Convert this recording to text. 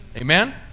Amen